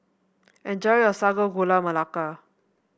enjoy your Sago Gula Melaka